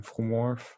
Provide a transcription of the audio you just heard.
infomorph